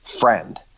friend